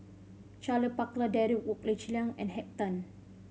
Charle Paglar Derek Wong Zi Liang and Henn Tan